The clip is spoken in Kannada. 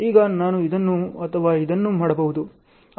ಈಗ ನಾನು ಇದನ್ನು ಅಥವಾ ಇದನ್ನು ಮಾಡಬಹುದು